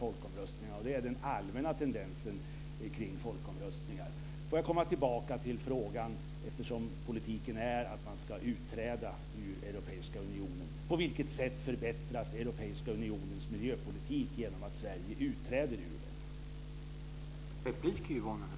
Det är den allmänna tendensen kring folkomröstningar. Sedan får jag komma tillbaka till frågan, eftersom politiken är att vi ska utträda ur Europeiska unionen: På vilket sätt förbättras Europeiska unionens miljöpolitik genom att Sverige utträder?